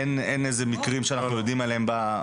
אין מקרים שאנחנו יודעים עליהם.